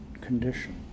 condition